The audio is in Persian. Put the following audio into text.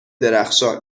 درخشان